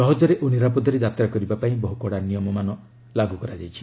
ସହଜରେ ଓ ନିରାପଦରେ ଯାତ୍ରା କରିବା ପାଇଁ ବହୁ କଡ଼ା ନିୟମ ମାନ ଲାଗୁ କରାଯାଇଛି